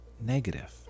negative